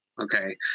Okay